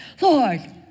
Lord